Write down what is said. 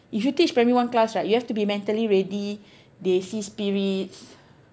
if you teach primary one class right you have to be mentally ready they see spirits